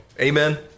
Amen